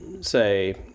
say